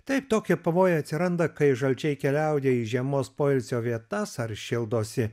taip tokie pavojai atsiranda kai žalčiai keliauja į žiemos poilsio vietas ar šildosi